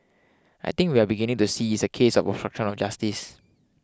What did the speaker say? I think we are beginning to see is a case of obstruction of justice